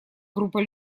группа